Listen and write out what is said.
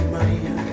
Maria